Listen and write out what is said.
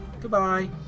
Goodbye